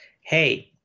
hey